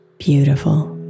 Beautiful